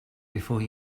before